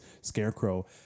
Scarecrow